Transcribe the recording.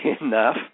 enough